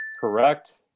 Correct